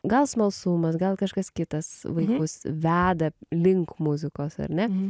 gal smalsumas gal kažkas kitas vaikus veda link muzikos ar ne